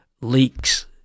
leaks